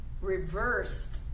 Reversed